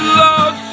love